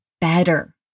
better